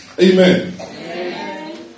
Amen